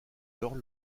alors